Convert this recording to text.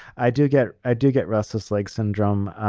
i do get i do get restless leg syndrome